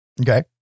Okay